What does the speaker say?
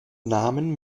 namen